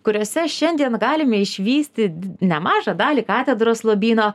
kuriose šiandien galime išvysti nemažą dalį katedros lobyno